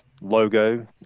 logo